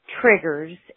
triggers